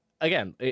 again